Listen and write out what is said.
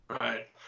right